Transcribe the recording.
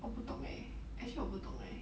我不懂 leh actually 我不懂 leh